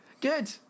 Good